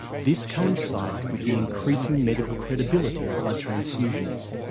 this coincided with the increasing medical credibility of blood transfusions.